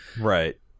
right